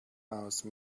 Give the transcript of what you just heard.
house